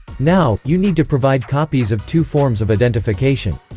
now, you need to provide copies of two forms of identification.